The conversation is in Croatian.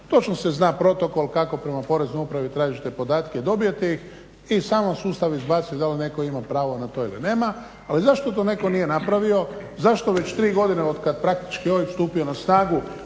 točno se zna protokol kako prema poreznoj upravi tražite podatke i dobijete ih i samo sustav izbaci dal netko ima pravo na to ili nema. Ali zašto to netko nije napravio? Zašto već tri godine od kad je praktički OIB stupio na snagu